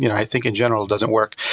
you know i think in general doesn't work.